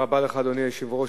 אדוני היושב-ראש,